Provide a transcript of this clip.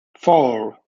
four